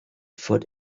foot